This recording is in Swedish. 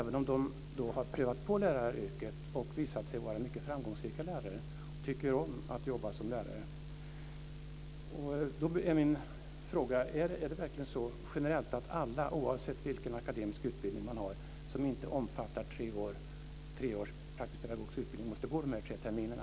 De kan ha prövat på läraryrket och visat sig vara mycket framgångsrika lärare, och de tycker om att jobba som lärare. Då är min fråga: Är det verkligen så, generellt, att alla, oavsett vilken akademisk utbildning de har, om den inte omfattar tre års praktisk pedagogisk utbildning, måste gå de här tre terminerna?